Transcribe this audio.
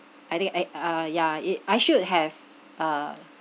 I think I uh yeah it I should have uh